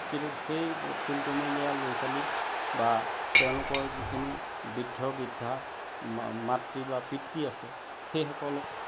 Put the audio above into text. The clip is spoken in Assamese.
কিন্তু সেই ফুল কমলীয়া ল ছোৱালী বা তেওঁলোকৰ যিখিনি বৃদ্ধ বৃদ্ধা মাতৃ বা পিতৃ আছে সেইসকলক